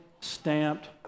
stamped